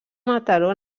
mataró